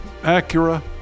Acura